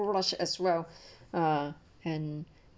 brush as well uh and